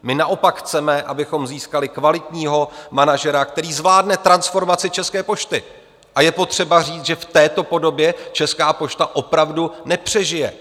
My naopak chceme, abychom získali kvalitního manažera, který zvládne transformaci České pošty, a je potřeba říci, že v této podobě Česká pošta opravdu nepřežije.